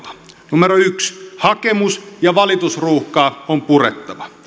numero yksi hakemus ja valitusruuhkaa on purettava